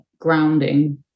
grounding